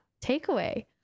Takeaway